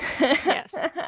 Yes